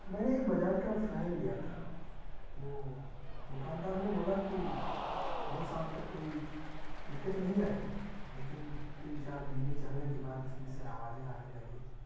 میں نے ایک بجاج کا فین لیا تھا وہ دکان دار نے بولا کہ دو سال تک کوئی دقت نہیں آئے گی لیکن تین چار مہینے چلنے کے بعد اس میں سے آوازیں آنے لگیں